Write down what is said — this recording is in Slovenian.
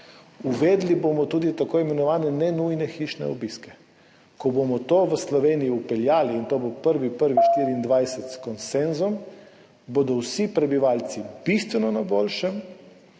uvedli bomo tudi tako imenovane ne nujne hišne obiske. Ko bomo to v Sloveniji vpeljali, in to bo 1. 1. 2024 s konsenzom, bodo vsi prebivalci bistveno na boljšem,